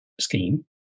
scheme